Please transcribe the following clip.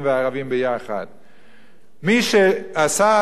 השר להגנת העורף, הדבר הראשון שהוא צריך לעשות: